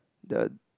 the